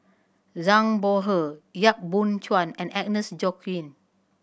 Zhang Bohe Yap Boon Chuan and Agnes Joaquim